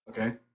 okay